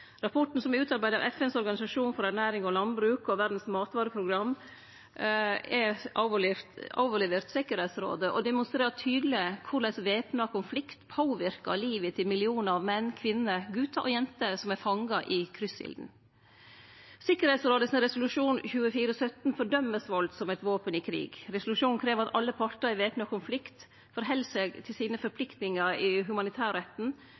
Rapporten, som er utarbeidd av FNs organisasjon for ernæring og landbruk og Verdens matvareprogram, er overlevert Tryggingsrådet, og demonstrerer tydeleg korleis væpna konflikt påverkar livet til millionar av menn, kvinner, gutar og jenter som er fanga i krysselden. Tryggingsrådets resolusjon 2417 fordømmer svolt som eit våpen i krig. Resolusjonen krev at alle partar i væpna konflikt held seg til sine forpliktingar i humanitærretten